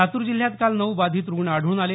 लातूर जिल्ह्यात काल नऊ बाधित रुग्ण आढळून आले